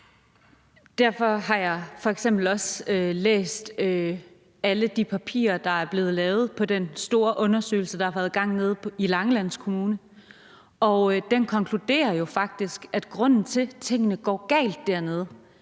Derfor har jeg f.eks. også læst alle de papirer, der er blevet lavet i den store undersøgelse, der har været i gang nede i Langeland Kommune. Og den konkluderer faktisk, at grunden til, at tingene dernede